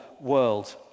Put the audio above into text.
world